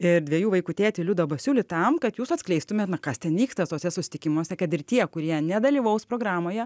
ir dviejų vaikų tėtį liudą basiulį tam kad jūs atskleistumėt kas ten vyksta tuose susitikimuose kad ir tie kurie nedalyvaus programoje